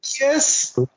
Yes